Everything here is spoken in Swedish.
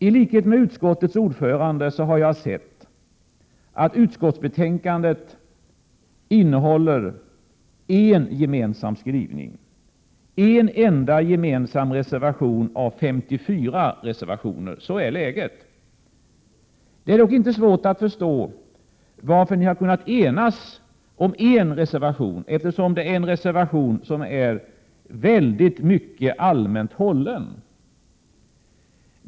I likhet med utskottets ordförande har jag sett att utskottsbetänkandet innehåller endast en gemensam skrivning från oppositionen, en enda gemensam reservation bland 54 reservationer. Så är läget. Det är dock inte svårt att förstå varför ni har kunnat enas om en reservation: den är mycket allmänt hållen.